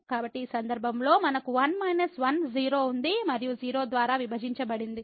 కాబట్టి ఈ సందర్భంలో మనకు 1 మైనస్ 1 0 ఉంది మరియు 0 ద్వారా విభజించబడింది